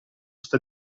sta